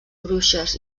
bruixes